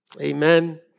Amen